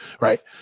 right